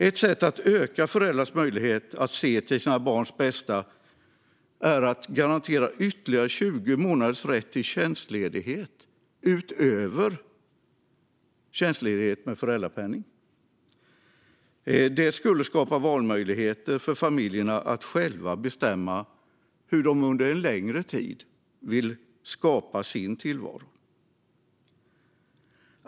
Ett sätt att öka föräldrars möjlighet att se till sina barns bästa vore att garantera ytterligare 20 månaders rätt till tjänstledighet utöver tjänstledighet med föräldrapenning. Detta skulle skapa valmöjligheter för familjerna när det gäller att själva bestämma hur de under en längre tid vill skapa sin tillvaro.